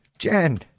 Jen